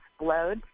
explode